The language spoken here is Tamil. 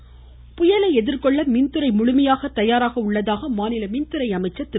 தங்கமணி புயலை எதிர்கொள்ள மின்துறை முழுமையாக தயாராக உள்ளதாக மாநில மின்துறை அமைச்சர் திரு